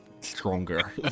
...stronger